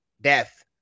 death